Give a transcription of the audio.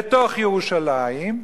בתוך ירושלים,